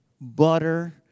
butter